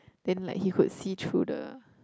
then like he could see through the